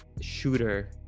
shooter